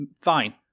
fine